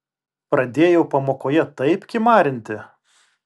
pradėjau pamokoje taip kimarinti